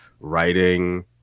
writing